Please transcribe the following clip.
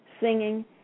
singing